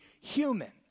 human